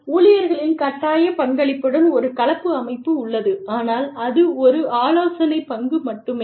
ஊழியர்களின் கட்டாய பங்களிப்புடன் ஒரு கலப்பு அமைப்பு உள்ளது ஆனால் அது ஒரு ஆலோசனை பங்கு மட்டுமே